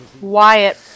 Wyatt